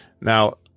Now